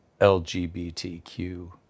LGBTQ